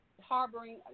harboring